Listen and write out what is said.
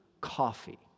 Coffee